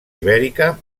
ibèrica